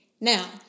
now